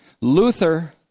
Luther